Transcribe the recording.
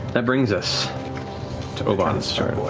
that brings us to obann's turn.